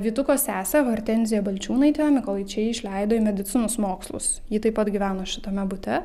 vytuko sesę hortenziją balčiūnaitę mykolaičiai išleido į medicinos mokslus ji taip pat gyveno šitame bute